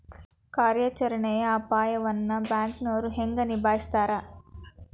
ಕಾರ್ಯಾಚರಣೆಯ ಅಪಾಯವನ್ನ ಬ್ಯಾಂಕನೋರ್ ಹೆಂಗ ನಿಭಾಯಸ್ತಾರ